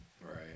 Right